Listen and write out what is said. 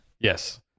Yes